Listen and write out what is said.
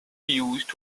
used